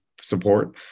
support